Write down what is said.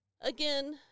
again